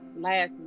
last